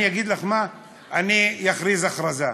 אני אגיד לך, אני אכריז הכרזה,